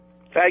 Thank